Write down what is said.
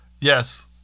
yes